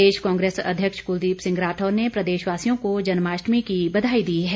प्रदेश कांग्रेस अध्यक्ष कुलदीप सिंह राठौर ने प्रदेशवासियों को जन्माष्टमी की बधाई दी है